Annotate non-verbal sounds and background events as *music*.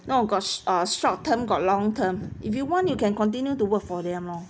no got *noise* uh short term got long term if you want you can continue to work for them loh